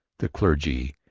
the clergy,